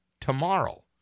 tomorrow